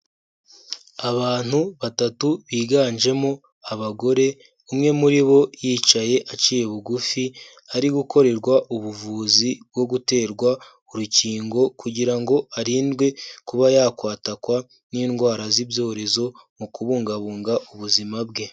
Abantu batatu biganjemo abagore, umwe muri bo yicaye aciye bugufi ari gukorerwa ubuvuzi bwo guterwa urukingo kugira ngo arindwe kuba yakwatakwa n'indwara z'ibyorezo mu kubungabunga ubuzima bwe.